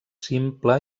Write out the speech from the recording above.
simple